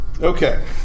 Okay